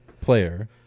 player